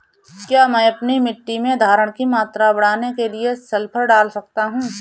क्या मैं अपनी मिट्टी में धारण की मात्रा बढ़ाने के लिए सल्फर डाल सकता हूँ?